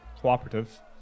cooperative